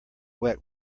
wet